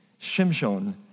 Shimshon